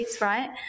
right